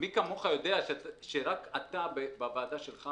מי כמוך יודע שרק אתה בוועדה שלך,